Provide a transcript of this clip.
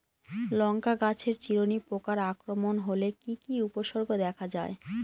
লঙ্কা গাছের চিরুনি পোকার আক্রমণ হলে কি কি উপসর্গ দেখা যায়?